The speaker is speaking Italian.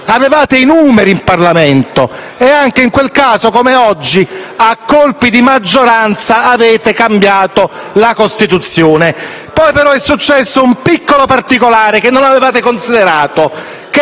Avevate i numeri in Parlamento e anche in quel caso, come oggi, a colpi di maggioranza, avete cambiato la Costituzione. Poi però è successo un piccolo contrattempo che non avevate considerato: